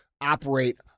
operate